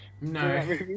No